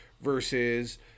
versus